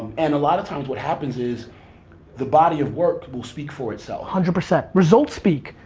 and a lot of times what happens is the body of work will speak for itself. hundred percent. results speak.